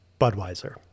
Budweiser